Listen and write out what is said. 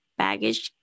baggage